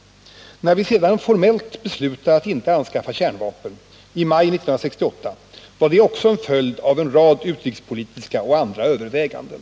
När vi senare formellt beslutade att inte anskaffa kärnvapen — i maj 1968 — var detta också en följd av en rad utrikespolitiska och andra överväganden.